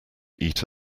eat